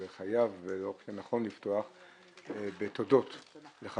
אלא חייב ונכון לפתוח בתודות לך,